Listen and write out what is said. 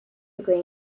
degree